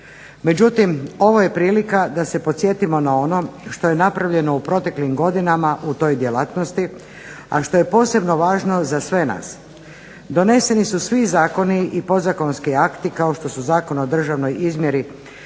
Međutim, ovo je prilika da se podsjetimo na ono što je napravljeno u proteklim godinama u toj djelatnosti, a što je posebno važno za sve nas. Doneseni su svi zakoni i podzakonski akti kao što su Zakon o državnoj izmjeri